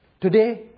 Today